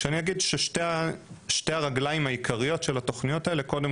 ואני אוסיף ואגיד ששתי הרגליים העיקריות של התוכניות האלו הן קודם